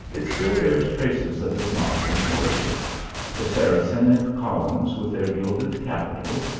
it still bears traces of its moslem origin the saracenic columns with their gilded capitals,